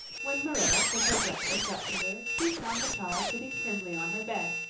when marilla took her breakfast up to her she found the child sitting primly on her bed,